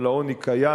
אבל העוני קיים.